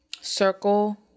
circle